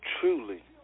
truly